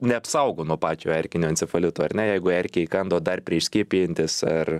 neapsaugo nuo pačio erkinio encefalito ar ne jeigu erkė įkando dar prieš skiepijantis ar